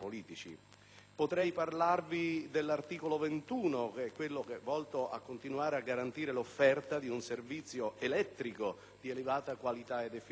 Potrei parlarvi dell'articolo 21, volto a continuare a garantire l'offerta di un servizio elettrico di elevata qualità ed efficienza